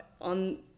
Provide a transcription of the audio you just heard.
on